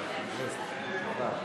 הצבעה.